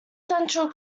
central